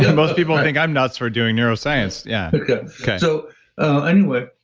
yeah most people think i'm nuts for doing neuroscience, yeah so ah anyway,